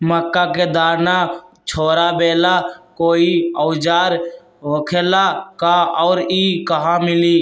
मक्का के दाना छोराबेला कोई औजार होखेला का और इ कहा मिली?